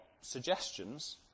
suggestions